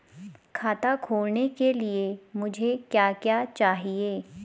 खाता खोलने के लिए मुझे क्या क्या चाहिए?